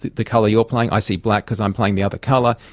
the the colour you're playing, i see black because i'm playing the other colour,